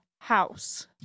house